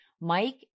Mike